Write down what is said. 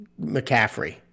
McCaffrey